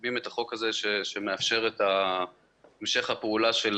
שמקדמים את החוק הזה שמאפשר את המשך הפעולה של